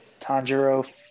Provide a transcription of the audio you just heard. tanjiro